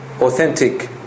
authentic